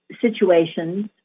situations